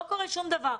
לא קורה שום דבר.